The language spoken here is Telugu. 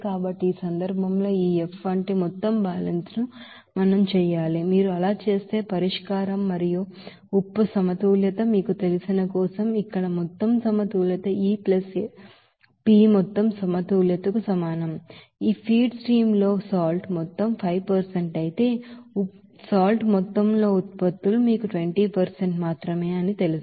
కాబట్టి ఈ సందర్భంలో ఈ F వంటి మొత్తం బ్యాలెన్స్ ను మనం చేయాలి మీరు అలా చేస్తే పరిష్కారం మరియు సాల్ట్ బాలన్స్ మీకు తెలిసిన కోసం ఇక్కడ మొత్తం బాలన్స్ E P మొత్తం బాలన్స్ కు సమానం ఈ ఫీడ్ స్ట్రీమ్ లో ఉప్పు మొత్తం 5 అయితే ఉప్పు మొత్తంలో ఉత్పత్తులు మీకు 20 మాత్రమే తెలుసు